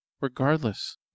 Regardless